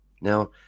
Now